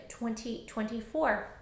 2024